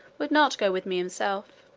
would not go with me himself,